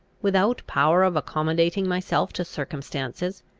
without power of accommodating myself to circumstances,